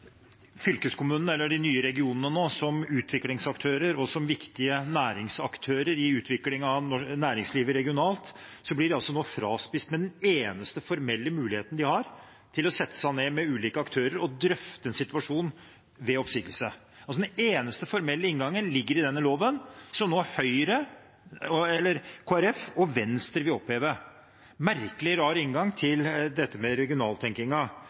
eller de nye regionene nå – som utviklingsaktører og som viktige næringsaktører i utviklingen av næringslivet regionalt nå blir fratatt den eneste formelle muligheten de har til å sette seg ned med ulike aktører og drøfte en situasjon ved oppsigelse. Den eneste formelle inngangen ligger i denne loven, som nå Kristelig Folkeparti og Venstre vil oppheve – en merkelig, rar, inngang